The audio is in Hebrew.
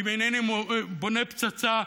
ואם אינני בונה פצצה,